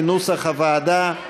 כנוסח הוועדה.